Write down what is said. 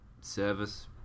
service